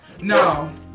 No